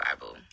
bible